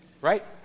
right